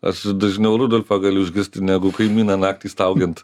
aš dažniau rudolfą galiu išgirsti negu kaimyną naktį staugiant